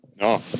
No